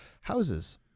houses